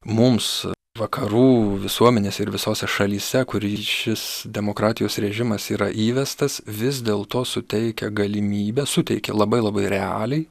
mums vakarų visuomenėse ir visose šalyse kur šis demokratijos režimas yra įvestas vis dėl to suteikia galimybę suteikia labai labai realiai